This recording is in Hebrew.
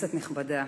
כנסת נכבדה,